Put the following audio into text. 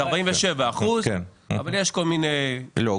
זה 47%. לא,